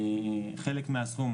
חלק מהסכום,